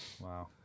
Wow